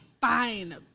fine